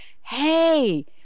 hey